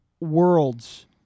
worlds